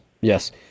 Yes